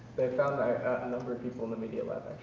they found a number of people in the media lab,